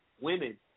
women